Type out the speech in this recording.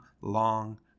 long